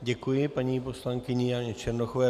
Děkuji paní poslankyni Janě Černochové.